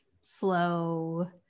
slow